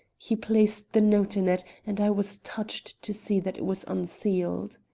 he placed the note in it, and i was touched to see that it was unsealed.